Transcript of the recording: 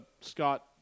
Scott